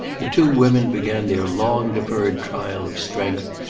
the two women began their long-deferred trial of strength,